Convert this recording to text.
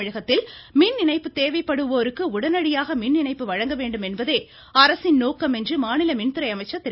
தமிழகத்தில் மின்இணைப்பு தேவைப்படுவோருக்கு உடனடியாக மின் இணைப்பு வழங்க வேண்டும் என்பதே அரசின் நோக்கம் என்று மாநில மின்துறை அமைச்சர் திரு